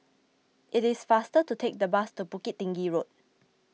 it is faster to take the bus to Bukit Tinggi Road